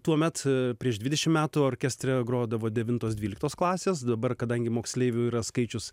tuomet prieš dvidešim metų orkestre grodavo devintos dvyliktos klasės dabar kadangi moksleivių yra skaičius